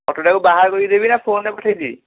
ଫଟୋଟାକୁ ବାହାର କରିକି ଦେବି ନା ଫୋନ୍ରେ ପଠାଇ ଦେବି